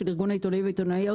של ארגון עיתונאים ועיתונאיות,